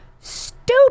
stupid